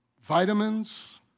vitamins